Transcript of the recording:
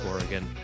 Oregon